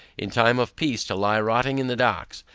in time of peace to lie rotting in the docks.